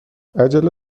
عجله